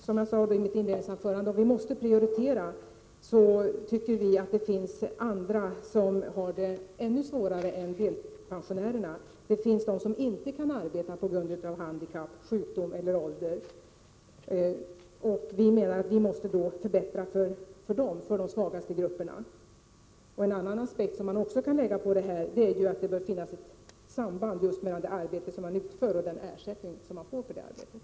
Som jag sade i mitt inledningsanförande anser vi — om vi måste prioritera — att det finns andra som har det ännu svårare än delpensionärerna. Det finns de som inte kan arbeta på grund av handikapp, sjukdom eller ålder. Vi menar att vi måste förbättra villkoren för de svagaste grupperna. En annan aspekt är att det bör finnas ett samband mellan det arbete som utförs och den ersättning som utgår för det arbetet.